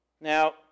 Now